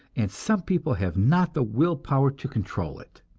and some people have not the will power to control it.